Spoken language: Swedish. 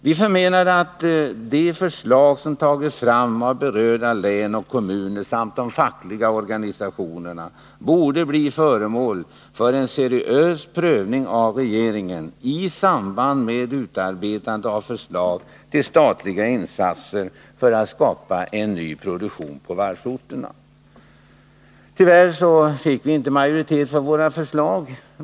Vi menade att de förslag som tagits fram av berörda län och kommuner samt av de fackliga organisationerna borde bli föremål för en seriös prövning av regeringen i samband med utarbetandet av förslag till statliga insatser för att skapa ny produktion på varvsorterna. Tyvärr fick vi inte majoritet för våra förslag.